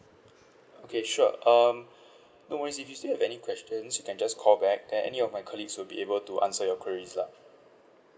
okay sure um no worries if you still have any questions you can just call back and any of my colleagues will be able to answer your queries lah